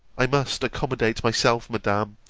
i must accommodate myself, madam,